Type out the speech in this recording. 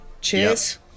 cheers